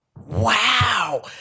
Wow